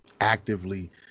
actively